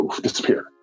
disappear